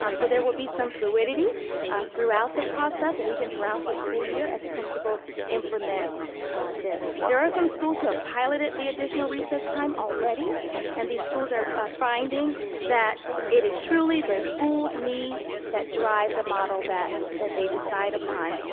um so there will be some fluidity throughout the process and even throughout the school year as principals implement this. there are some schools who have piloted the additional recess time already and these schools are finding that it is truly their schools needs that derived the model that that they decide upon.